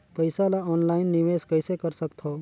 पईसा ल ऑनलाइन निवेश कइसे कर सकथव?